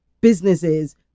businesses